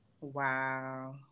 Wow